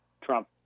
Trump